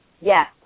Yes